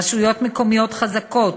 רשויות מקומיות חזקות,